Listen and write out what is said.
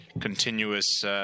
continuous